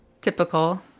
Typical